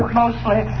mostly